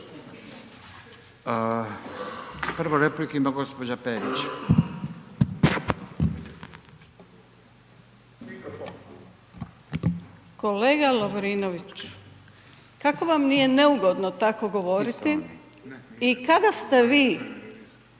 Prvu repliku ima gospođa Perić.